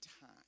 time